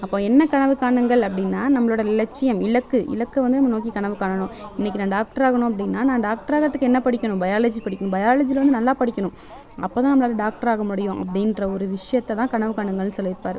அப்போது என்ன கனவு கனவு காணுங்கள் அப்படினா நம்மளோட லட்சியம் இலக்கு இலக்கை வந்து நம்ம நோக்கி கனவு காணணும் இன்னிக்கி நான் டாக்ட்ராகணும் அப்படினா நான் டாக்ட்ராகிறதுக்கு என்ன படிக்கணும் பையாலஜியில் படிக்கணும் பையாலஜியில் வந்து நல்லா படிக்கணும் அப்போதான் நம்மளால டாக்ட்ராக முடியும் அப்படின்ற ஒரு விஷயத்தைதான் கனவு காணுங்கள்னு சொல்லிருப்பார்